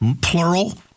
plural